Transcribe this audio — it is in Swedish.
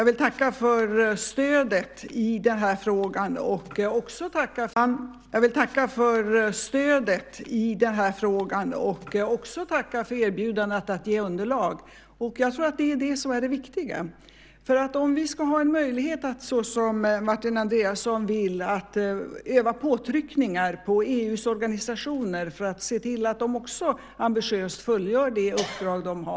Herr talman! Jag vill tacka för stödet i den här frågan och också tacka för erbjudandet om underlag; det är viktigt om vi ska ha en möjlighet att, som Martin Andreasson vill, utöva påtryckningar på EU:s organisationer och se till att de ambitiöst fullgör det uppdrag de har.